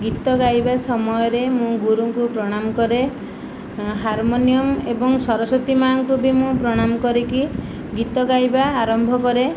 ଗୀତ ଗାଇବା ସମୟରେ ମୁଁ ଗୁରୁଙ୍କୁ ପ୍ରଣାମ କରେ ହାରମୋନୀୟମ ଏବଂ ସରସ୍ବତୀ ମା'ଙ୍କୁ ବି ମୁଁ ପ୍ରଣାମ କରିକି ଗୀତ ଗାଇବା ଆରମ୍ଭ କରେ